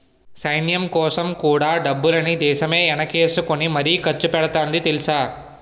సైన్యంకోసం కూడా డబ్బుల్ని దేశమే ఎనకేసుకుని మరీ ఖర్చుపెడతాంది తెలుసా?